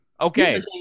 Okay